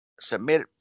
Submit